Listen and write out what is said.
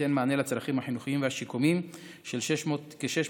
שתיתן מענה לצרכים החינוכיים והשיקומיים של כ-600